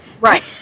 Right